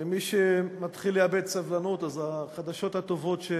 למי שמתחיל לאבד סבלנות, אז החדשות הטובות הן